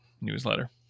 newsletter